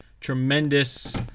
tremendous